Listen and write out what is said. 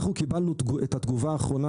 אנחנו קיבלנו רק הבוקר את התגובה האחרונה